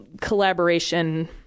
collaboration